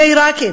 מעיראקים,